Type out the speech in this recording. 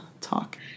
talk